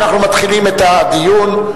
אנחנו מתחילים את הדיון,